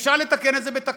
אפשר לתקן את זה בתקנות.